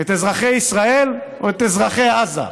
את אזרחי ישראל או את אזרחי עזה?